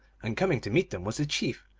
and coming to meet them was the chief,